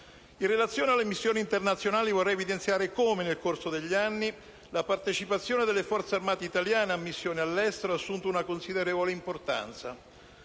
In relazione alle missioni internazionali, vorrei evidenziare come, nel corso degli anni, la partecipazione delle Forze armate italiane abbia assunto una considerevole importanza.